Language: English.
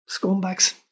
Scumbags